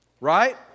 Right